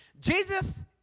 Jesus